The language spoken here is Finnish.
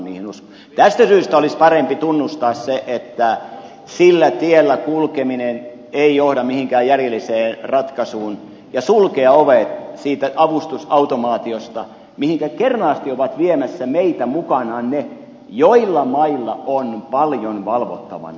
tästä syystä olisi parempi tunnustaa se että sillä tiellä kulkeminen ei johda mihinkään järjelliseen ratkaisuun ja sulkea ovet siitä avustusautomaatiosta mihinkä kernaasti ovat viemässä meitä mukanaan ne maat joilla on paljon valvottavana